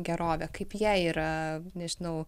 gerovė kaip jie yra nežinau